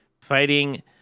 fighting